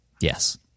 Yes